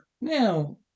now